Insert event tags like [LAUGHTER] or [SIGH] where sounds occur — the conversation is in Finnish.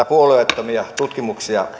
[UNINTELLIGIBLE] puolueettomia tutkimuksia